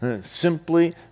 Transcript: simply